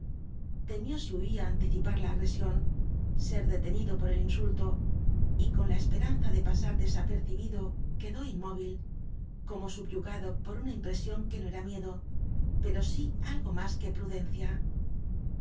si huía anticipar la agresión ser detenido por el insulto y con la esperanza de pasar desapercibido quedó inmóvil como subyugado por una impresión que no era miedo pero si algo más que